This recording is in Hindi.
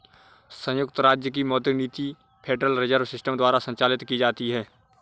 संयुक्त राज्य की मौद्रिक नीति फेडरल रिजर्व सिस्टम द्वारा संचालित की जाती है